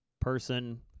person